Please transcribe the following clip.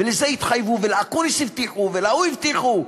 ולזה התחייבו ולאקוניס הבטיחו ולהוא הבטיחו,